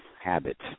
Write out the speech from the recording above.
habit